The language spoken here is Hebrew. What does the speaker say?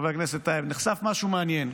חבר הכנסת טייב, נחשף משהו מעניין.